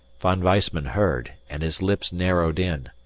von weissman heard and his lips narrowed in.